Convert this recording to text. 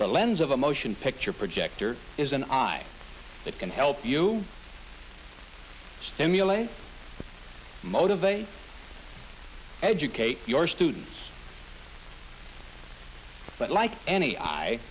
the lens of a motion picture projector is an eye that can help you stimulate motivate educate your students but lie any